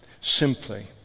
simply